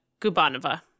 Gubanova